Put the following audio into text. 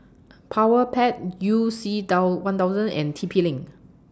Powerpac YOU C one thousand and T P LINK